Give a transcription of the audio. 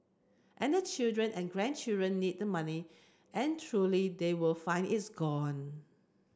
and the children and grandchildren need the money and truly they will find it's gone